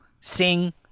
Sing